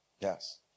Yes